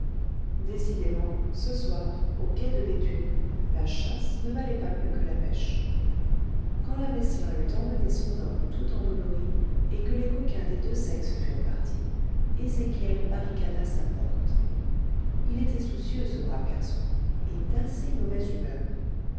décidément ce soir au quai de béthune la chasse ne valait pas mieux que la pêche quand la meslin eut emmené son homme tout endolori et que les coquins des deux sexes furent partis ezéchiel barricada sa porte il était soucieux ce brave garçon et d'assez mauvaise humeur